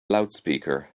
loudspeaker